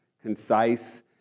concise